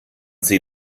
sie